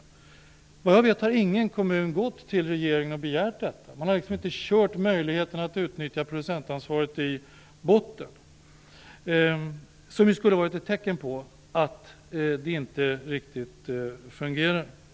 Såvitt jag vet har inte någon kommun gått till regeringen och begärt detta. Man har inte kört möjligheterna att utnyttja producentansvaret i botten, vilket skulle vara ett tecken på att det inte riktigt fungerar. Herr talman!